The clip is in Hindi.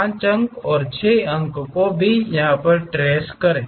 5 अंक और 6 अंक ट्रैस करें